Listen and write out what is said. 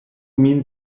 min